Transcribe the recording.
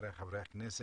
לחבריי חברי הכנסת.